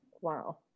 Wow